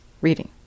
reading